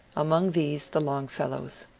among these the longfellows.